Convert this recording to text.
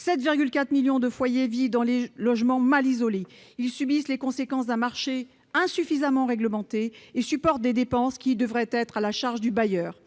7,4 millions de foyers vivent dans des logements mal isolés, ils subissent les conséquences d'un marché insuffisamment réglementé et supportent des dépenses qui devraient être à la charge du bailleur.